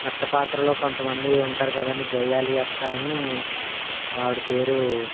అత్త పాత్రలో కొంతమంది ఉంటారు కదండీ గయ్యాళి అత్త అని ఆవిడ పేరు